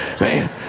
Man